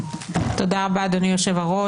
תודה רבה אדוני היושב ראש.